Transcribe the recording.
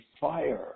fire